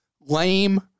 lame